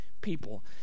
people